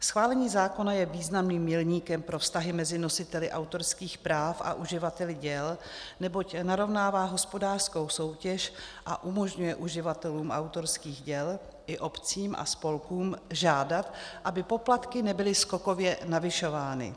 Schválení zákona je významným milníkem pro vztahy mezi nositeli autorských práv a uživateli děl, neboť narovnává hospodářskou soutěž a umožňuje uživatelům autorských děl i obcím a spolkům žádat, aby poplatky nebyly skokově navyšovány.